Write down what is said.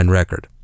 record